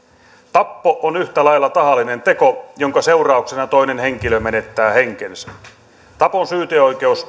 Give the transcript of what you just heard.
tappo on yhtä lailla tahallinen teko jonka seurauksena toinen henkilö menettää henkensä tapon syyteoikeus